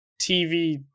TV